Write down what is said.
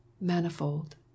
manifold